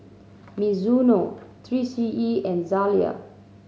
Mizuno Three C E and Zalia